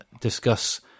discuss